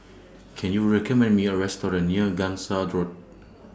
Can YOU recommend Me A Restaurant near Gangsa Road